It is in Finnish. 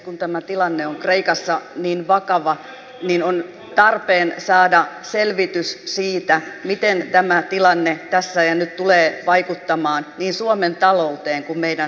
kun tämä tilanne on kreikassa niin vakava niin on tarpeen saada selvitys siitä miten tämä tilanne tässä ja nyt tulee vaikuttamaan niin suomen talouteen kuin meidän saataviimme